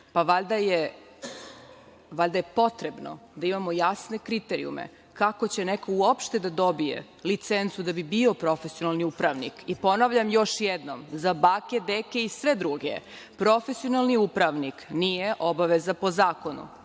pa valjda je potrebno da imamo jasne kriterijume kako će neko uopšte da dobije licencu da bi bio profesionalni upravnik. Ponavljam još jednom, za bake, deke i sve druge, profesionalni upravnik nije obaveza po zakonu.